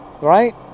right